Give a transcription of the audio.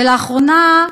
ולאחרונה,